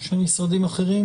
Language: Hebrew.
של משרדים אחרים?